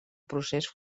procés